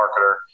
marketer